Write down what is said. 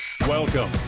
Welcome